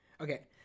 Okay